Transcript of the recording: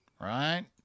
right